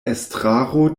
estraro